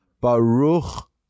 Baruch